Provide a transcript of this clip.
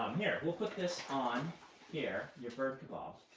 um here, we'll put this on here, your bird kabob.